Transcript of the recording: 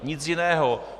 Nic jiného.